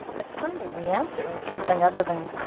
it's finding the answer in something other than